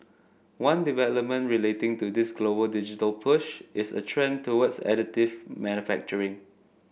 one development relating to this global digital push is a trend towards additive manufacturing